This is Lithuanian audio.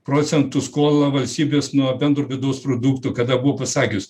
procentų skolą valstybės nuo bendro vidaus produkto kada buvo pasakius